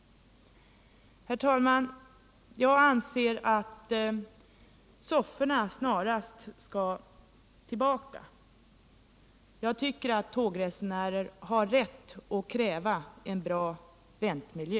Herr talman! Jag anser att sofforna snarast skall tillbaka. Jag tycker att tågresenärer har rätt att kräva en bra väntmiljö.